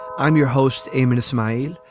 i'm your host. a minute smile.